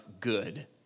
good